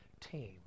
team